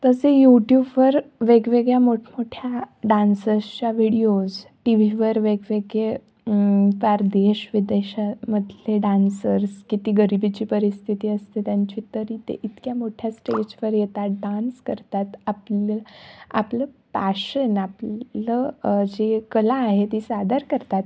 तसे यूट्यूफवर वेगवेगळ्या मोठमोठ्या डान्सर्सच्या व्हिडिओज् टीव्हीवर वेगवेगळे पार देशविदेशामधले डान्सर्स किती गरिबीची परिस्थिती असते त्यांची तरी ते इतक्या मोठ्या स्टेज वर येतात डान्स करतात आपलं आपलं पॅशन आपलं जी कला आहे ती सादर करतात